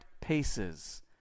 paces